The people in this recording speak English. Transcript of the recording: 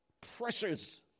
Pressures